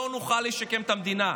לא נוכל לשקם את המדינה.